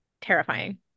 terrifying